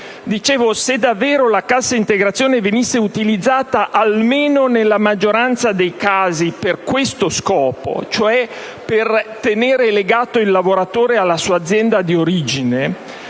se davvero la cassa integrazione venisse utilizzata, almeno nella maggioranza dei casi per questo scopo, cioè per tenere legato il lavoratore alla sua azienda d'origine,